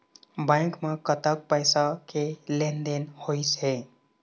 Bank म कतक पैसा के लेन देन होइस हे?